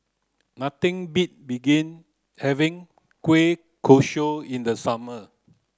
nothing beat begin having Kueh Kosui in the summer